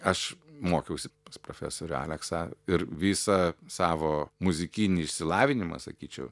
aš mokiausi pas profesorių aleksą ir visą savo muzikinį išsilavinimą sakyčiau